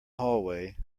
hallway